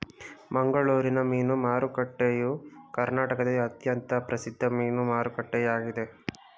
ಮಂಗಳೂರಿನ ಮೀನು ಮಾರುಕಟ್ಟೆಯು ಕರ್ನಾಟಕದಲ್ಲಿ ಅತ್ಯಂತ ಪ್ರಸಿದ್ಧ ಮೀನು ಮಾರುಕಟ್ಟೆಯಾಗಿದೆ